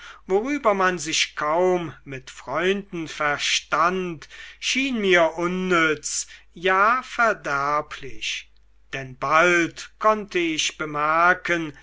worüber man sich kaum mit freunden verstand schien mir unnütz ja verderblich denn bald konnte ich bemerken